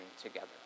together